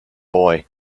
boy